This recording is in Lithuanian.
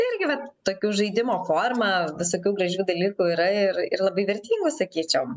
irgi vat tokių žaidimo forma visokių gražių dalykų yra ir ir labai vertingos sakyčiau